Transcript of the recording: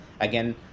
again